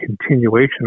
continuation